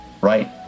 right